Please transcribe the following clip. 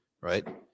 right